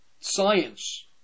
science